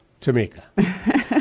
Tamika